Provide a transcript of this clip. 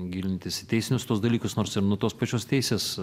gilintis į teisinius tuos dalykus nors ir nuo tos pačios teisės